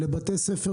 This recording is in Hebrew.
לבתי ספר